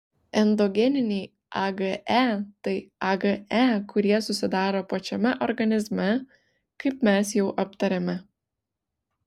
endogeniniai age tai age kurie susidaro pačiame organizme kaip mes jau aptarėme